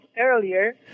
earlier